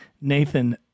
Nathan